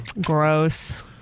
Gross